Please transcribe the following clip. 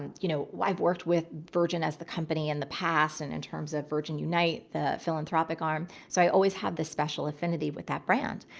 and you know, i've worked with virgin as the company in the past and in terms of virgin unite, the philanthropic arm, so i always have this special affinity with that brand.